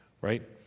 right